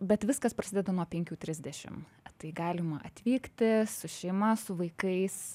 bet viskas prasideda nuo penkių trisdešim tai galima atvykti su šeima su vaikais